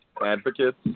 advocates